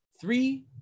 three